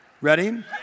Ready